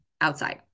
outside